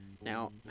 Now